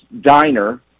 diner